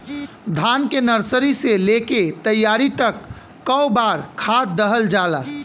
धान के नर्सरी से लेके तैयारी तक कौ बार खाद दहल जाला?